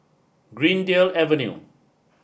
Greendale Avenue